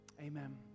amen